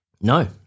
No